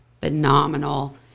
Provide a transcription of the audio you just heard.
phenomenal